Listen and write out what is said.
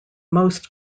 most